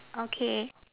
okay